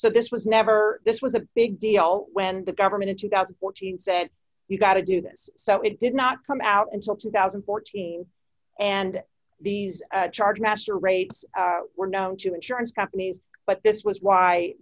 so this was never this was a big deal when the government in two thousand and fourteen said you've got to do this so it did not come out until two thousand and fourteen and these charge master rates were known to insurance companies but this was why